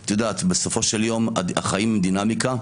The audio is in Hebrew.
שאת יודעת, בסופו של יום, החיים הם דינמיקה,